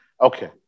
Okay